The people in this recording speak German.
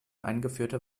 eingeführte